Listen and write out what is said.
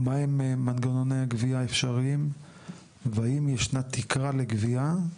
מהם מנגנוני הגבייה האפשריים והאם ישנה תקרה לגבייה?